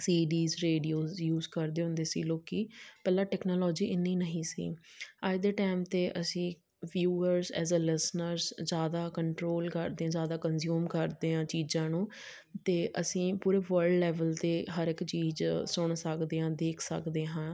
CDs radio use ਕਰਦੇ ਹੁੰਦੇ ਸੀ ਲੋਕ ਪਹਿਲਾਂ ਟੈਕਨੋਲੋਜੀ ਇੰਨੀ ਨਹੀਂ ਸੀ ਅੱਜ ਦੇ ਟਾਈਮ 'ਤੇ ਅਸੀਂ ਵਿਊਅਰਸ ਐਜ਼ ਆ ਲਿਸਨਰਜ਼ ਜ਼ਿਆਦਾ ਕੰਟਰੋਲ ਕਰਦੇ ਹਾਂ ਜ਼ਿਆਦਾ ਕੰਜਊਮ ਕਰਦੇ ਹਾਂ ਚੀਜ਼ਾਂ ਨੂੰ ਅਤੇ ਅਸੀਂ ਪੂਰੇ ਵਲਡ ਲੈਵਲ 'ਤੇ ਹਰ ਇੱਕ ਚੀਜ਼ ਸੁਣ ਸਕਦੇ ਹਾਂ ਦੇਖ ਸਕਦੇ ਹਾਂ